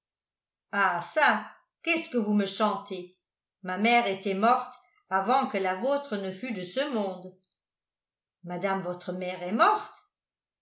ah ça qu'est-ce vous me chantez ma mère était morte avant que la vôtre ne fût de ce monde mme votre mère est morte